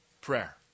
Prayer